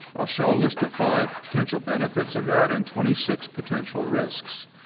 i'll show a list of five potential benefits of that and twenty six potential risks.